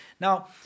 Now